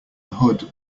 hood